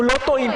אנחנו לא טועים,